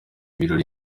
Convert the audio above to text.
birori